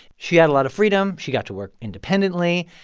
she had a lot of freedom. she got to work independently.